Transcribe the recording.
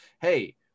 hey